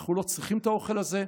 אנחנו לא צריכים את האוכל הזה,